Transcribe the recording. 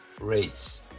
rates